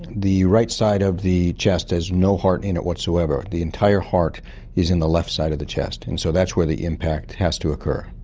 the right side of the chest has no heart in it whatsoever, the entire heart is in the left side of the chest, and so that's where the impact has to occur.